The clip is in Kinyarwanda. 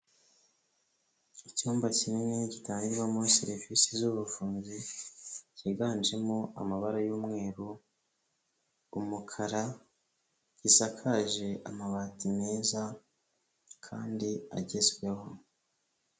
Icyumba kinini gitangirwamo serivisi z'ubuvuzi, cyiganjemo amabara y'umweru, umukara, gisakaje amabati meza, kandi agezweho.